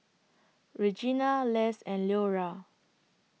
Regena Less and Leora